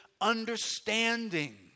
understanding